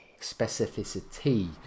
specificity